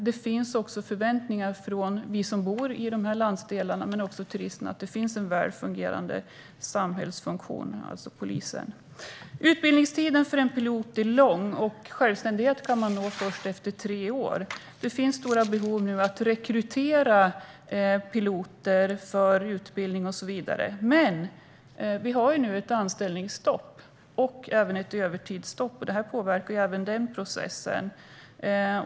Det finns också förväntningar från oss som bor i de här landsdelarna och från turisterna att det finns en väl fungerande samhällsfunktion, det vill säga polisen. Utbildningstiden för en pilot är lång, och självständighet når man först efter tre år. Det finns stora behov av att rekrytera piloter för utbildning. Men nu råder ett anställningsstopp och ett övertidsstopp. Detta påverkar även den processen.